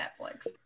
netflix